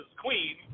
queen